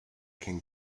can